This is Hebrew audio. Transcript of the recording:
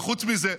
וחוץ מזה,